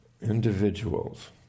Individuals